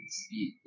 speed